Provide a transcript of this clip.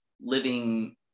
living